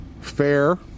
Fair